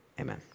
amen